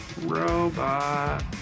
Robot